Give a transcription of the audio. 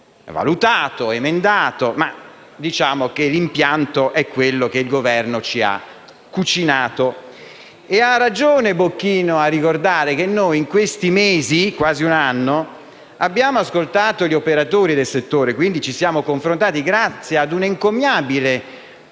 valutato ed emendato, ma l'impianto è quello che il Governo ci ha cucinato. Ha ragione il senatore Bocchino a ricordare che noi in questi mesi, quasi un anno, abbiamo ascoltato gli operatori del settore, quindi ci siamo confrontati, grazie a un encomiabile, rigoroso